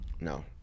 no